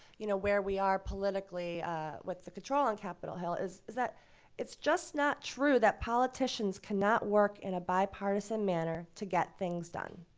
you know, where we are politically with the control on capitol hill is that it's just not true that politicians cannot work in a bipartisan manner to get things done.